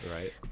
Right